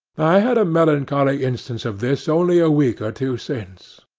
i had a melancholy instance of this only a week or two since.